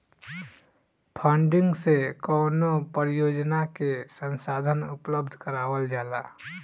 funding से कवनो परियोजना के संसाधन उपलब्ध करावल जाला